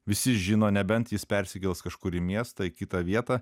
visi žino nebent jis persikels kažkur į miestą į kitą vietą